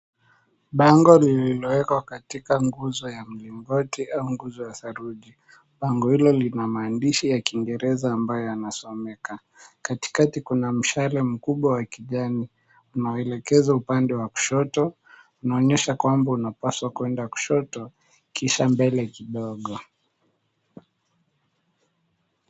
Bango lililoekwa katika nguzo ya mlingoti au nguzo la saruji, bango hilo lina maandishi ya kiingereza katikati kuna mshale unaoonyesha unafaa kuenda kushoto alafu mbele kidogo Ku